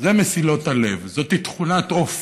זה מסילות הלב, זאת תכונת אופי.